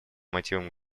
мотивам